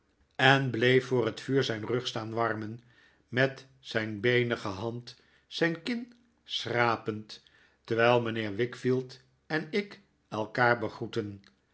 en bleef voor het vuur zijn rug staan warmen met zijn beenige hand zijn kin schrapend terwijl mijnheer wickfield en ik elkaar begroetten